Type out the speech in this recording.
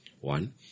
One